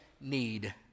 need